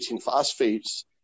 phosphates